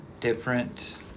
different